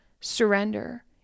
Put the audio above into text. surrender